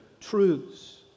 truths